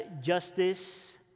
justice